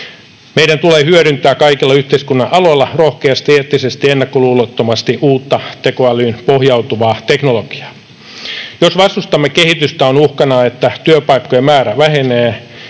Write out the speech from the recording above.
Meidän tulee hyödyntää kaikilla yhteiskunnan aloilla rohkeasti, eettisesti ja ennakkoluulottomasti uutta tekoälyyn pohjautuvaa teknologiaa. Jos vastustamme kehitystä, on uhkana, että työpaikkojen määrä vähenee,